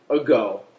ago